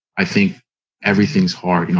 i think everything's hard. you know,